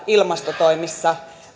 ilmastotoimissa